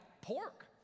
pork